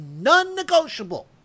non-negotiable